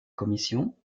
commission